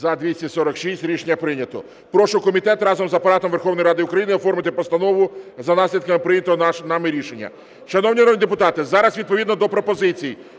За-246 Рішення прийнято. Прошу комітет разом з Апаратом Верховної Ради України оформити постанову за наслідками прийнятого нами рішення. Шановні народні депутати, зараз відповідно до пропозицій